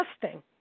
disgusting